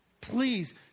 Please